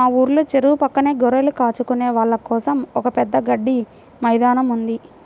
మా ఊర్లో చెరువు పక్కనే గొర్రెలు కాచుకునే వాళ్ళ కోసం ఒక పెద్ద గడ్డి మైదానం ఉంది